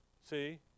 See